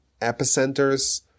epicenters